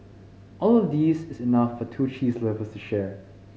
all of these is enough for two cheese lovers to share